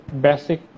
basic